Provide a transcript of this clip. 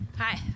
Hi